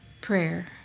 Prayer